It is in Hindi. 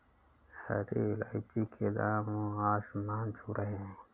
हरी इलायची के दाम आसमान छू रहे हैं